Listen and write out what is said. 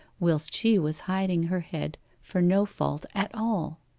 whilst she was hiding her head for no fault at all?